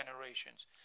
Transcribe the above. generations